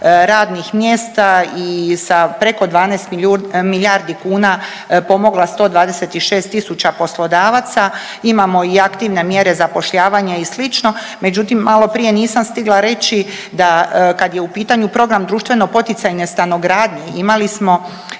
radnih mjesta i sa preko 12 milijardi kuna pomogla 126 tisuća poslodavaca. Imamo i aktivne mjere zapošljavanja i slično, međutim, maloprije nisam stigla reći da kad je u pitanju program društveno-poticajne stanogradnje, imali smo